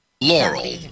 Laurel